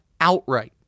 outright